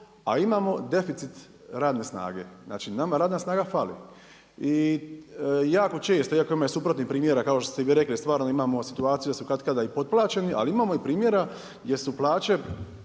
a imamo deficit radne snage. Znači, nama radna snaga fali. I jako često, iako ima suprotnih primjera kao što ste vi rekli stvarno da imamo situaciju da su katkada i potplaćeni, ali imamo i primjera gdje su plaće,